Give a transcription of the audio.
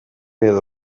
edo